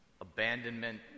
abandonment